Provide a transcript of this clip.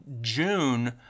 June